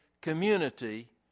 community